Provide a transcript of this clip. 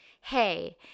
hey